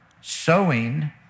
sowing